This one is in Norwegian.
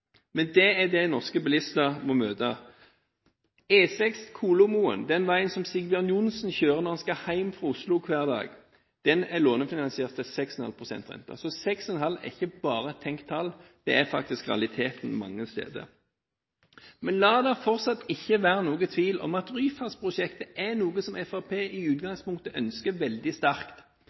Men det er det norske bilister må møte. E6, over Kolomoen, er veien som Sigbjørn Johnsen kjører når han skal hjem fra Oslo hver dag, og den er lånefinansiert til 6,5 pst. rente. 6,5 er ikke bare et tenkt tall – det er faktisk realiteten mange steder. La det fortsatt ikke være noen tvil om at Ryfastprosjektet er noe som Fremskrittspartiet i utgangspunktet ønsker veldig sterkt.